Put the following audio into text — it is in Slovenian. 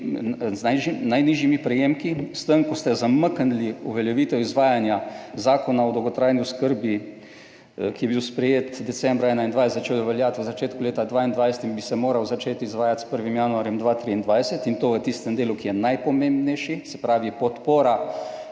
z najnižjimi prejemki. S tem, ko ste zamaknili uveljavitev izvajanja Zakona o dolgotrajni oskrbi, ki je bil sprejet decembra 2021, začel veljati v začetku leta 2022 in bi se moral začeti izvajati s 1. januarjem 2023 in to v tistem delu, ki je najpomembnejši, se pravi podpora